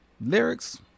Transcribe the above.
lyrics